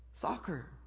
soccer